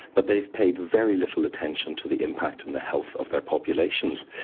but they've paid very little attention to the impact on the health of their populations.